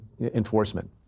enforcement